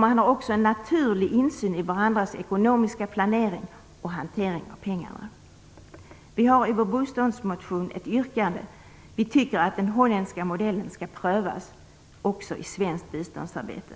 Man har också en naturlig insyn i varandras ekonomiska planering och hantering av pengarna. Vi har i vår biståndsmotion ett yrkande där vi säger att den holländska modellen skall prövas också i svenskt biståndsarbete.